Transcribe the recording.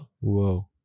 Wow